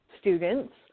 students